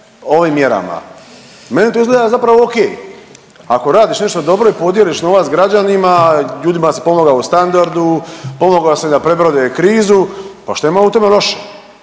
ovim mjerama. Meni to izgleda zapravo o.k. Ako radiš nešto dobro i podijeliš novac građanima, ljudima si pomogao u standardu, pomogao si da prebrode krizu. Pa što ima u tome loše?